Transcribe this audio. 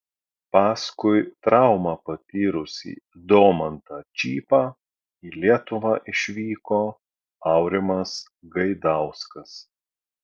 paskui traumą patyrusį domantą čypą į lietuvą išvyko aurimas gaidauskas